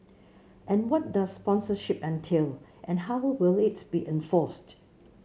and what does sponsorship entail and how will it be enforced